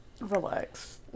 Relax